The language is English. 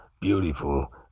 beautiful